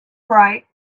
bright